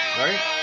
right